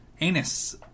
Anus